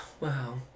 wow